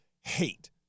hate